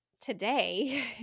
today